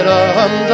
Ram